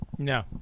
No